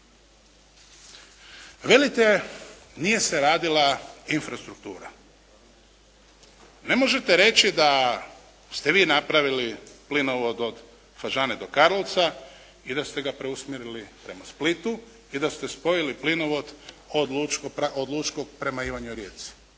Velite nije se radila infrastruktura. Ne možete reći da ste vi napravili plinovod od Fažane do Karlovca i da ste ga preusmjerili prema Splitu i da ste spojili plinovod od Lučkog prema Ivanjoj Rijeci.